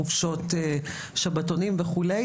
לגננות שיוצאות לשבתון וכולי,